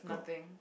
nothing